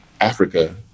africa